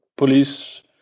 police